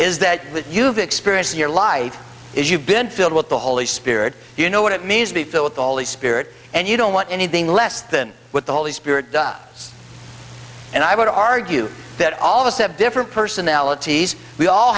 is that that you've experienced your life as you've been filled with the holy spirit you know what it means to be filled with all the spirit and you don't want anything less than what the holy spirit and i would argue that all of us have different personalities we all